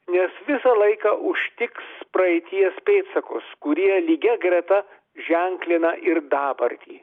nes visą laiką užtiks praeities pėdsakus kurie lygia greta ženklina ir dabartį